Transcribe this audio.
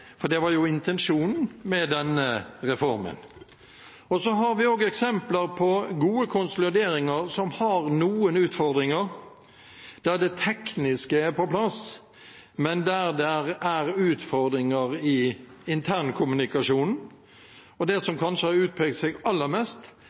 for det var jo intensjonen med denne reformen. Så har vi også eksempler på gode konsolideringer som har noen utfordringer, der det tekniske er på plass, men der det er utfordringer i internkommunikasjonen. Det som